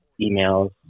emails